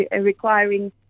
requiring